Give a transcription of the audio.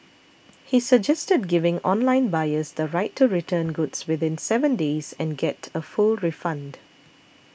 he suggested giving online buyers the right to return goods within seven days and get a full refund